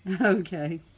Okay